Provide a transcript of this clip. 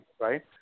right